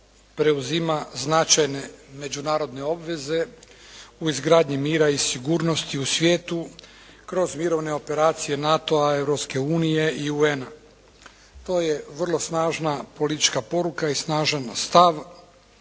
preuzima značajne međunarodne obveze u izgradnji mira i sigurnosti u svijetu kroz mirovne operacije NATO-a, Europske unije i UN-a. To je vrlo snažna politička poruka i snažan stav